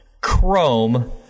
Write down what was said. chrome